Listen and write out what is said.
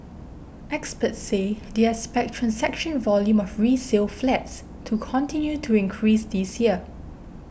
experts say they expect transaction volume of resale flats to continue to increase this year